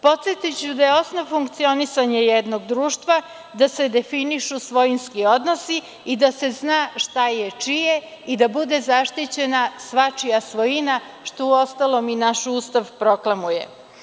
Podsetiću da je osnov funkcionisanja jednog društva da se definišu svojinski odnosi i da se zna šta je čije i da bude zaštićena svačija svojina, što uostalom i naš Ustav proklamuje.